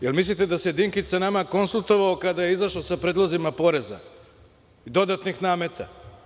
Da li mislite da se Dinkić sa nama konsultovao kada je izašao sa predlozima poreza, dodatnih nameta.